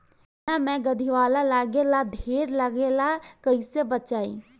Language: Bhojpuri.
चना मै गधयीलवा लागे ला ढेर लागेला कईसे बचाई?